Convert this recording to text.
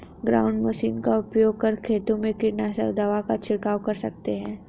ground machine का उपयोग कर खेतों में कीटनाशक दवा का झिड़काव कर सकते है